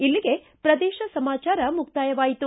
ಇಲ್ಲಿಗೆ ಪ್ರದೇಶ ಸಮಾಚಾರ ಮುಕ್ತಾಯವಾಯಿತು